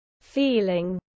feeling